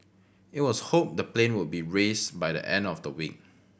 it was hoped the plane would be raised by the end of the week